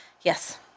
Yes